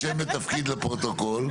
שם ותפקיד לפרוטוקול.